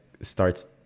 starts